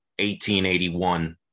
1881